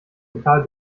total